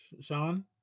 Sean